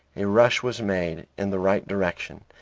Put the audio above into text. a rush was made in the right direction,